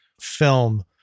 film